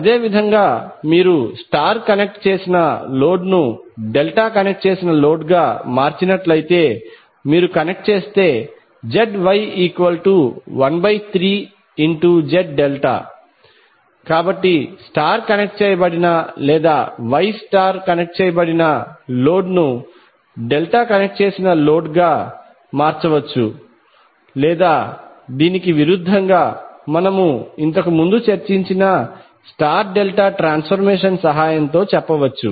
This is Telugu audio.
అదేవిధంగా మీరు స్టార్ కనెక్ట్ చేసిన లోడ్ ను డెల్టా కనెక్ట్ చేసిన లోడ్ గా మార్చినట్లయితే మీరు కనెక్ట్ చేస్తేZY13Z∆ కాబట్టి స్టార్ కనెక్ట్ చేయబడిన లేదా వై కనెక్ట్ చేయబడిన లోడ్ ను డెల్టా కనెక్ట్ చేసిన లోడ్ గా మార్చవచ్చు లేదా దీనికి విరుద్ధంగా మనము ఇంతకుముందు చర్చించిన స్టార్ డెల్టా ట్రాన్సఫర్మేషన్ సహాయంతో చెప్పవచ్చు